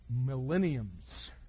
millenniums